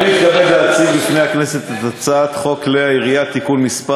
אני מתכבד להציג בפני הכנסת את הצעת חוק כלי הירייה (תיקון מס'